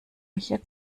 mich